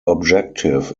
objective